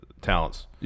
talents